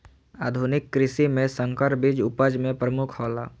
आधुनिक कृषि में संकर बीज उपज में प्रमुख हौला